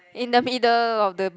in the middle of the